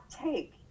take